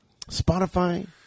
Spotify